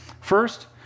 First